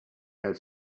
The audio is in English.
had